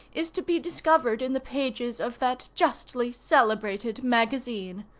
is to be discovered in the pages of that justly celebrated magazine.